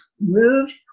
moved